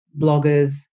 bloggers